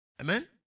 Amen